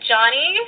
Johnny